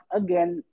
again